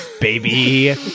baby